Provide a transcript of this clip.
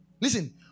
Listen